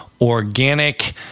organic